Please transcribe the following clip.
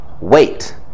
wait